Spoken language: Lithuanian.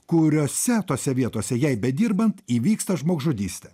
kuriose tose vietose jai bedirbant įvyksta žmogžudystė